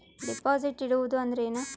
Deposit ಇಡುವುದು ಅಂದ್ರ ಏನ?